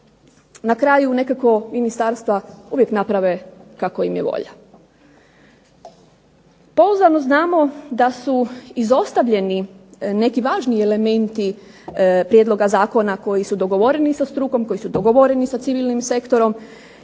na kraju nekako ministarstva uvijek naprave kako im je volja. Pouzdano znamo da su izostavljeni neki važni elementi prijedloga zakona koji su dogovoreni sa strukom, koji su dogovoreni sa civilnim sektorom